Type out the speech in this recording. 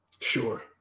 Sure